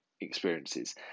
experiences